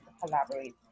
collaborate